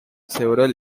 several